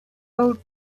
old